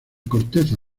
corteza